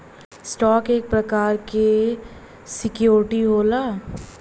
stock एक प्रकार क सिक्योरिटी होला